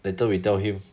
later we tell him